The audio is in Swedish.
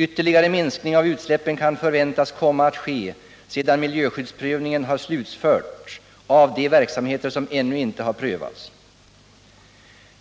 Ytterligare minskning av utsläppen kan förväntas komma att ske, sedan miljöskyddsprövningen har slutförts av de verksamheter som ännu inte har prövats.